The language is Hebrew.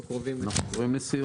אנחנו קרובים לסיום.